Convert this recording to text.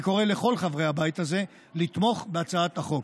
אני קורא לכל חברי הבית הזה לתמוך בהצעת החוק.